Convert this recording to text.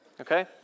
Okay